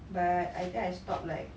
but I think I stopped like